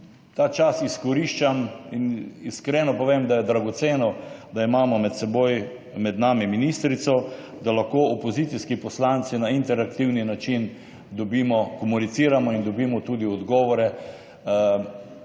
ta čas izkoriščam in iskreno povem, da je dragoceno, da imamo med seboj, med nami ministrico, da lahko opozicijski poslanci na interaktivni način dobimo, komuniciramo in dobimo tudi odgovore,